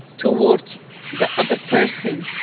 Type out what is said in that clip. towards the other person,